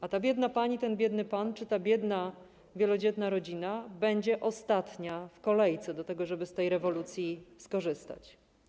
A ta biedna pani, ten biedy pan czy ta biedna wielodzietna rodzina będą ostatnimi w kolejce do tego, żeby z tej rewolucji skorzystać.